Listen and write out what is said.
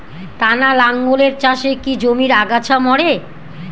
টানা লাঙ্গলের চাষে কি জমির আগাছা মরে?